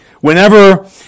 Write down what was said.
Whenever